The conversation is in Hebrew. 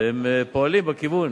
והם פועלים בכיוון.